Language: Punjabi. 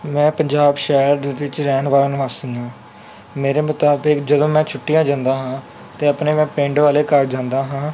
ਮੈਂ ਪੰਜਾਬ ਸ਼ਹਿਰ ਦੇ ਵਿੱਚ ਰਹਿਣ ਵਾਲਾ ਨਿਵਾਸੀ ਹਾਂ ਮੇਰੇ ਮੁਤਾਬਿਕ ਜਦੋਂ ਮੈਂ ਛੁੱਟੀਆਂ ਜਾਂਦਾ ਹਾਂ ਤਾਂ ਆਪਣੇ ਮੈਂ ਪਿੰਡ ਵਾਲੇ ਘਰ ਜਾਂਦਾ ਹਾਂ